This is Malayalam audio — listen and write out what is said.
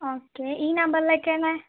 ഓക്കെ ഈ നമ്പറിലേക്ക് തന്നെ